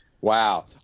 wow